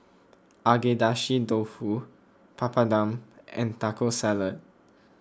Agedashi Dofu Papadum and Taco Salad